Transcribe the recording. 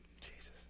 Jesus